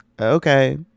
Okay